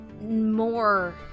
more